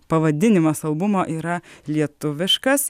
pavadinimas albumo yra lietuviškas